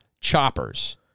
choppers